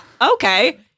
Okay